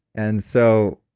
and so,